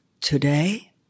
Today